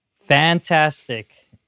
Fantastic